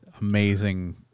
amazing